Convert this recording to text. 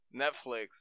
Netflix